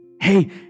Hey